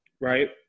Right